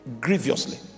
grievously